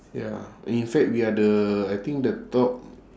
ya in fact we are the I think the top